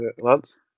Lance